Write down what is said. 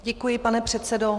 Děkuji, pane předsedo.